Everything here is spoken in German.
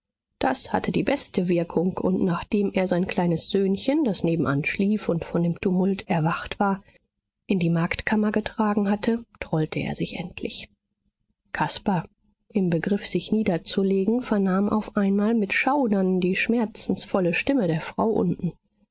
das hatte die beste wirkung und nachdem er sein kleines söhnchen das nebenan schlief und von dem tumult erwacht war in die magdkammer getragen hatte trollte er sich endlich caspar im begriff sich niederzulegen vernahm auf einmal mit schaudern die schmerzensvolle stimme der frau unten